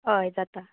हय जाता